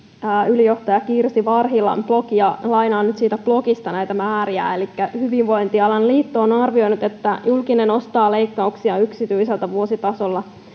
ylijohtajan kirsi varhilan uusin blogi ja lainaan nyt siitä blogista näitä määriä eli hyvinvointialan liitto on arvioinut että julkinen ostaa leikkauksia yksityiseltä vuositasolla